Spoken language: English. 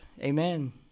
Amen